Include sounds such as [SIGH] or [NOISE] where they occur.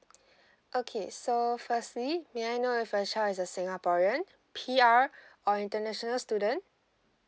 [BREATH] okay so firstly may I know if your child is a singaporean P_R [BREATH] or international student